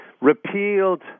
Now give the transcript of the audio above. repealed